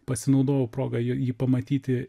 pasinaudojau proga jo jį pamatyti